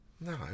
No